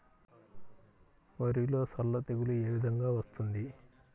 వరిలో సల్ల తెగులు ఏ విధంగా వస్తుంది?